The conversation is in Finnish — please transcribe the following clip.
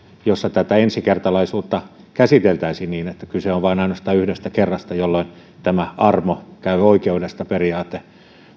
jossa ensikertalaisuutta käsiteltäisiin niin että kyse on vain ja ainoastaan yhdestä kerrasta jolloin tämä armo käy oikeudesta periaate